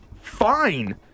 Fine